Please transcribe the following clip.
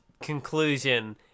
Conclusion